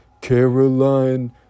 Caroline